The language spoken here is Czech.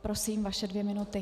Prosím, vaše dvě minuty.